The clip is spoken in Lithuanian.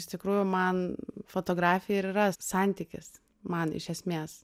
iš tikrųjų man fotografija ir yra santykis man iš esmės